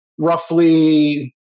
Roughly